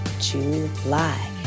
July